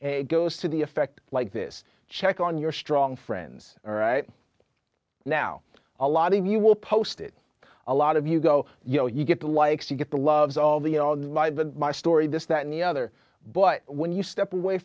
a goes to the effect like this check on your strong friends right now a lot of you will posted a lot of you go you know you get the likes you get the loves all the all do live with my story this that and the other but when you step away